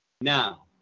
Now